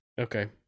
Okay